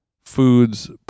foods